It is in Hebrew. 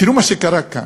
תראו מה שקרה כאן: